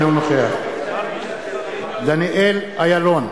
אינו נוכח דניאל אילון,